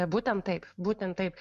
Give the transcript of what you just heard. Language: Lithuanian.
būtent taip būtent taip